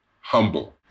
humble